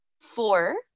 four